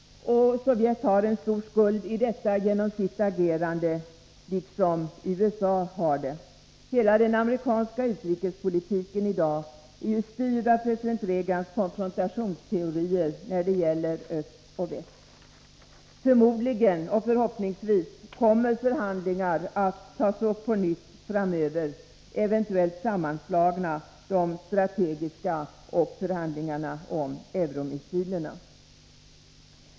Sovjet har en stor skuld i detta genom sitt agerande, liksom USA har det. Hela den amerikanska utrikespolitiken i dag är ju styrd av president Reagans konfrontationsteorier när det gäller öst och väst. Förmodligen och förhoppningsvis kommer förhandlingar att tas upp på nytt framöver — eventuellt blir förhandlingarna om de strategiska kärnvapnen och förhandlingarna om euromissilerna sammanslagna.